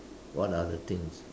what are the things